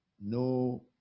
No